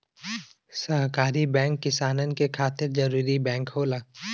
सहकारी बैंक किसानन के खातिर जरूरी बैंक होला